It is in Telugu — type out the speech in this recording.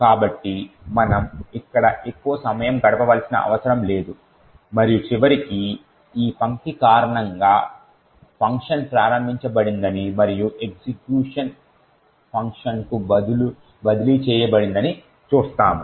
కాబట్టి మనము ఇక్కడ ఎక్కువ సమయం గడపవలసిన అవసరం లేదు మరియు చివరికి ఈ పంక్తి కారణంగా ఫంక్షన్ ప్రారంభించబడిందని మరియు ఎగ్జిక్యూషన్ ఫంక్షన్కు బదిలీ చేయబడిందని చూస్తాము